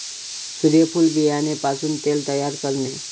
सूर्यफूल बियाणे पासून तेल तयार करणे